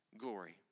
glory